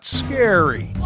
scary